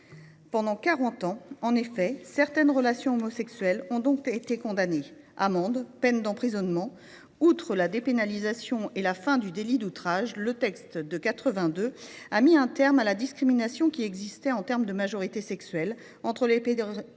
quarante ans, en effet, certaines relations homosexuelles ont été punies d’amendes et de peines d’emprisonnement. Outre la dépénalisation et la fin du délit d’outrage, le texte de 1982 a mis un terme à la discrimination qui existait en matière de majorité sexuelle entre les personnes